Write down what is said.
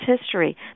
history